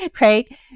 right